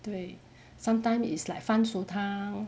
对 sometime is like 番薯汤